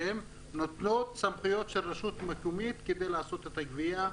חברות אלו נוטלות סמכויות של רשות מקומית על מנת לערוך את הגבייה,